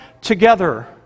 together